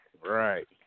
Right